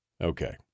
Okay